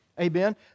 Amen